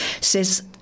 says